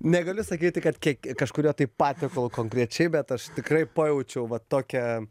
negaliu sakyti kad kiek kažkuriuo tuo patiekalu konkrečiai bet aš tikrai pajaučiau va tokią